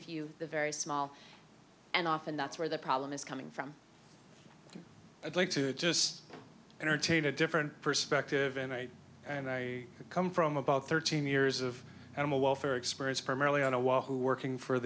few the very small and often that's where the problem is coming from i'd like to just entertain a different perspective and i and i come from about thirteen years of animal welfare experience primarily on a wall who working for